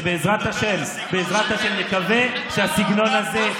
בעזרת השם, בעזרת השם, נקווה שהסגנון הזה,